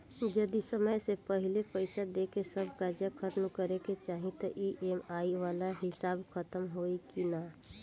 जदी समय से पहिले पईसा देके सब कर्जा खतम करे के चाही त ई.एम.आई वाला हिसाब खतम होइकी ना?